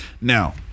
now